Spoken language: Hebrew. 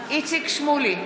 על מנת שנסביר את סדרי ההצבעה.